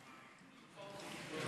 שומעים אותך יותר